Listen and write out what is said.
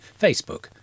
Facebook